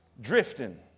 drifting